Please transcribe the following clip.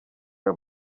ayo